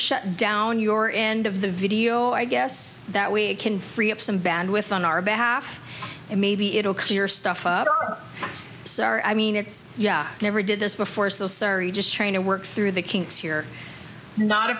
shut down your end of the video i guess that we can free up some bandwidth on our behalf and maybe it'll clear stuff sorry i mean it's yeah i never did this before so sorry just trying to work through the kinks here not a